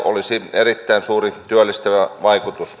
olisi myös erittäin suuri työllistävä vaikutus